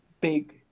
big